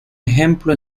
ejemplo